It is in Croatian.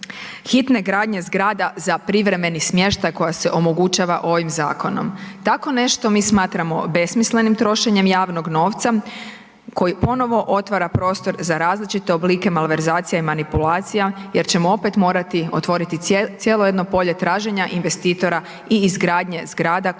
hitne gradnje zgrada za privremeni smještaj koja se omogućava ovim zakonom. Tako nešto mi smatramo besmislenim trošenjem javnog novca koji ponovo otvara prostor za različite oblike malverzacija i manipulacija jer ćemo opet morati otvoriti cijelo jedno polje traženja investitora i izgradnje zgrada koje će